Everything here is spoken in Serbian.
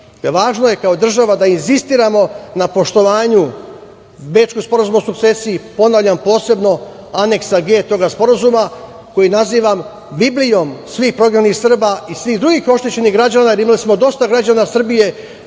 Važno je kao država da insistiramo na poštovanju Bečkog Sporazuma o sukcesiji i, ponavljam, posebno Aneksa G tog sporazuma, koji nazivam Biblijom svih prognanih Srba i svih drugih oštećenih građana, jer imali smo dosta građana Srbije